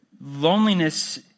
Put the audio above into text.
loneliness